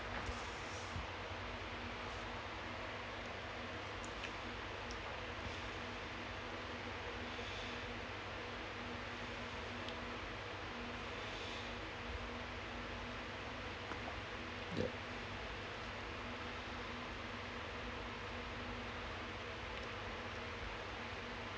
yup